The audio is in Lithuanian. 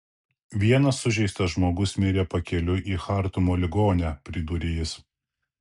vienas sužeistas žmogus mirė pakeliui į chartumo ligonę pridūrė jis